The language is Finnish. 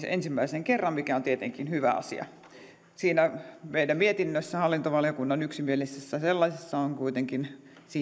ensimmäisen kerran mikä on tietenkin hyvä asia meidän mietinnössämme hallintovaliokunnan yksimielisessä sellaisessa on kuitenkin